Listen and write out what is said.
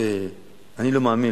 אני לא מאמין,